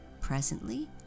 Presently